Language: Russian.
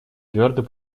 твердо